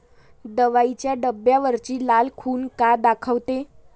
दवाईच्या डब्यावरची लाल खून का दाखवते?